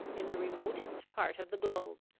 in the remotest part of the globe,